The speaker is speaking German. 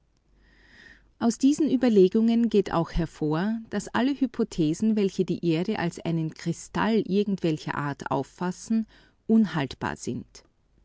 aus diesen überlegungen geht auch hervor daß alle hypothesen welche die erde als einen kristall irgendwelcher art auffassen unhaltbar sind